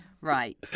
Right